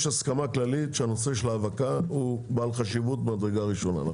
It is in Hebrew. יש הסכמה כללית שהנושא של האבקה הוא בעל חשיבות מדרגה ראשונה.